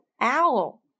owl